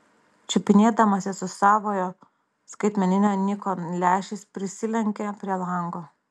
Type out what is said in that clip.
čiupinėdamasis su savojo skaitmeninio nikon lęšiais prisilenkė prie lango